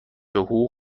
حقوق